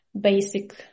basic